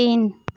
तीन